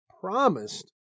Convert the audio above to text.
promised